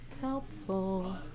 Helpful